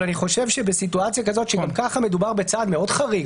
אבל אני חושב שבסיטואציה כזאת שגם ככה מדובר בצעד מאוד חריג,